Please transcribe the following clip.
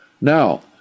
now